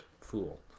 fool